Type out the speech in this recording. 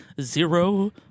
zero